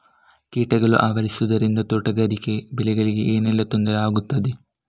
ಕೀಟಗಳು ಆವರಿಸುದರಿಂದ ತೋಟಗಾರಿಕಾ ಬೆಳೆಗಳಿಗೆ ಏನೆಲ್ಲಾ ತೊಂದರೆ ಆಗ್ತದೆ?